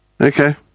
Okay